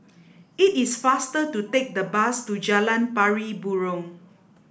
it is faster to take the bus to Jalan Pari Burong